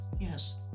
Yes